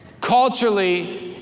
culturally